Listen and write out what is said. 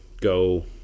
go